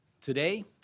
Today